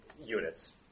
units